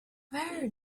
where